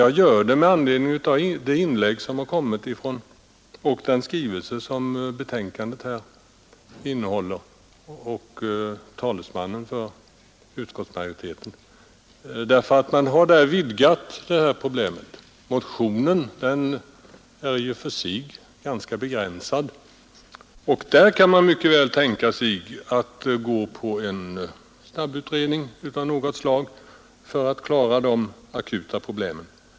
Jag gör det med anledning av utskottets skrivning och det inlägg som utskottsmajoritetens talesman har gjort. Uskottet har nämligen vidgat detta problem. Motionen är i och för sig begränsad, och man kan mycket väl tänka sig att acceptera en snabbutredning för att lösa de akuta problemen.